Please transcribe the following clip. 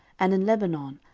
and in lebanon,